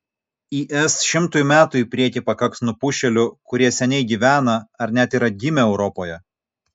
is šimtui metų į priekį pakaks nupušėlių kurie seniai gyvena ar net yra gimę europoje